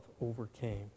overcame